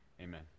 Amen